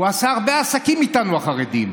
עשה הרבה עסקים איתנו, החרדים.